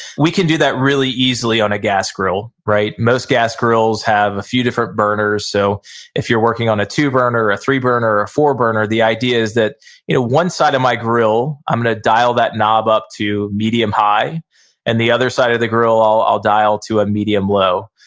we can do that really easily on a gas grill, right? most gas grills have a few different burners, so if you're working on a two-burner, a three-burner, a four-burner, the idea is that one side of my grill, i'm gonna dial that knob up to medium high and the other side of the grill, i'll dial to a medium low.